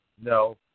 no